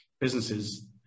businesses